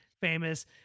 famous